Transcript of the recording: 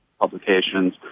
Publications